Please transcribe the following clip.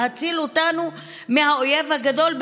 להציל אותנו מהאויב הגדול,